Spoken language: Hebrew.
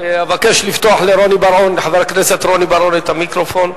אבקש לפתוח לחבר הכנסת רוני בר-און את המיקרופון.